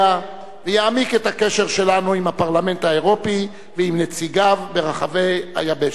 ויעמיק את הקשר שלנו עם הפרלמנט האירופי ועם נציגיו ברחבי היבשת.